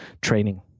training